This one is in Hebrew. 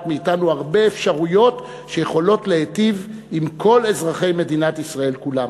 מאתנו הרבה אפשרויות שיכולות להיטיב עם כל אזרחי מדינת ישראל כולם.